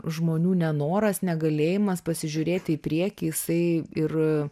žmonių nenoras negalėjimas pasižiūrėti į priekį jisai ir